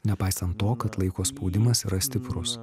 nepaisant to kad laiko spaudimas yra stiprus